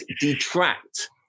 detract